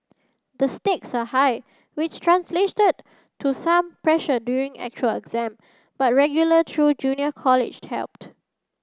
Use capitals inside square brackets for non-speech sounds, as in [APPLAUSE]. the stakes are high which [UNINTELLIGIBLE] to some pressure during actual exam but regular through junior college helped